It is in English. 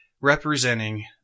representing